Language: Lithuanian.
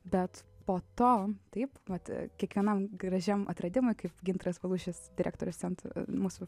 bet po to taip mat kiekvienam gražiam atradimui kaip gintaras valušis direktorius ant mūsų